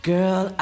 Girl